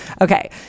Okay